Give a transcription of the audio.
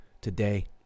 today